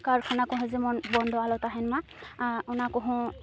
ᱠᱟᱨᱠᱷᱟᱱᱟ ᱠᱚᱦᱚᱸ ᱡᱮᱢᱚᱱ ᱵᱚᱱᱫᱚ ᱟᱞᱚ ᱛᱟᱦᱮᱱ ᱢᱟ ᱚᱱᱟᱠᱚᱦᱚᱸ